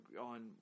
on